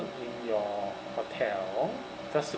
in your hotel just to